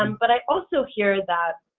um but i also hear that